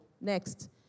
Next